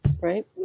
right